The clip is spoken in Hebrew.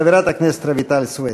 חברת הכנסת רויטל סויד.